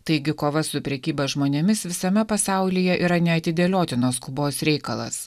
taigi kova su prekyba žmonėmis visame pasaulyje yra neatidėliotinos skubos reikalas